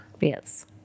Yes